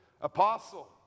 apostle